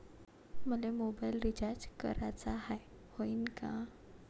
मले mobile recharge कराचा हाय, होईनं का?